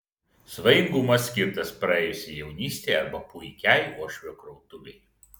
svajingumas skirtas praėjusiai jaunystei arba puikiai uošvio krautuvei